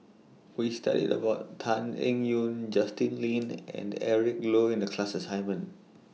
We studied about Tan Eng Yoon Justin Lean and Eric Low in The class assignment